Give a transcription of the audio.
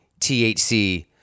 THC